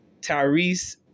Tyrese